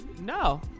No